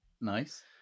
Nice